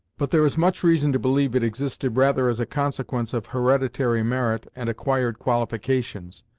but there is much reason to believe it existed rather as a consequence of hereditary merit and acquired qualifications,